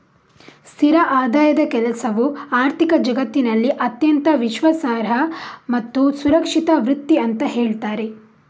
ಸ್ಥಿರ ಆದಾಯದ ಕೆಲಸವು ಆರ್ಥಿಕ ಜಗತ್ತಿನಲ್ಲಿ ಅತ್ಯಂತ ವಿಶ್ವಾಸಾರ್ಹ ಮತ್ತು ಸುರಕ್ಷಿತ ವೃತ್ತಿ ಅಂತ ಹೇಳ್ತಾರೆ